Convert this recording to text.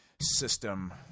system